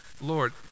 Lord